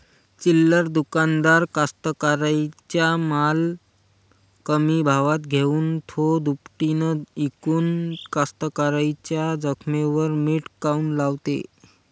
चिल्लर दुकानदार कास्तकाराइच्या माल कमी भावात घेऊन थो दुपटीनं इकून कास्तकाराइच्या जखमेवर मीठ काऊन लावते?